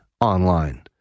online